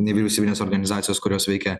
nevyriausybinės organizacijos kurios veikia